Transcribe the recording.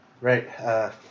Right